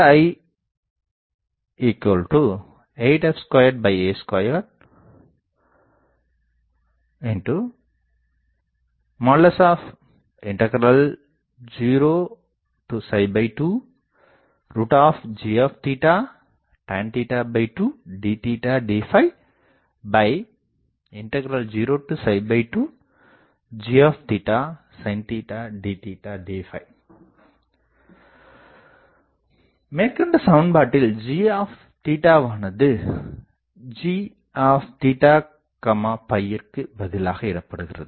i8f2 a202g12 tan 2 d d202g sin d d மேற்கண்ட சமன்பாட்டில் gவானது gற்கு பதிலாக இடப்படுகிறது